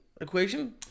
equation